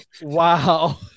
Wow